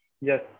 Yes